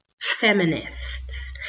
feminists